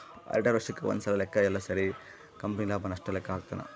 auditor ವರ್ಷಕ್ ಒಂದ್ಸಲ ಲೆಕ್ಕ ಯೆಲ್ಲ ಸೇರಿ ಕಂಪನಿ ಲಾಭ ನಷ್ಟ ಲೆಕ್ಕ ಹಾಕ್ತಾನ